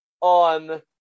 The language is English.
on